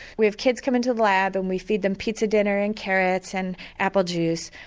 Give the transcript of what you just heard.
we have kids come into the lab and we feed them pizza dinners and carrots and apple juice,